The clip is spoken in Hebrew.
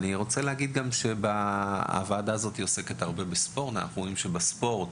אנחנו רואים שבספורט,